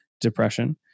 depression